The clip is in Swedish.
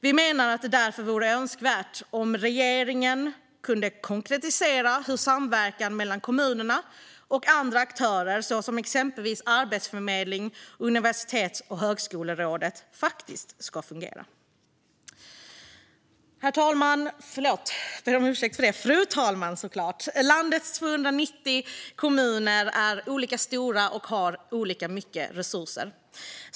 Vi menar att det därför vore önskvärt att regeringen konkretiserar hur samverkan mellan kommunerna och andra aktörer, såsom Arbetsförmedlingen och Universitets och högskolerådet, faktiskt ska fungera. Validering för kompe-tensöverföring och livslångt lärande Fru talman! Landets 290 kommuner är olika stora och har olika mycket resurser.